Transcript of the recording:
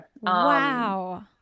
Wow